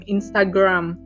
Instagram